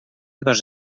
dos